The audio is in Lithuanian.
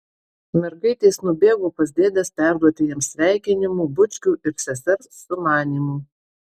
mergaitės nubėgo pas dėdes perduoti jiems sveikinimų bučkių ir sesers sumanymų